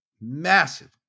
massive